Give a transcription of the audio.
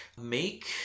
Make